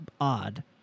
odd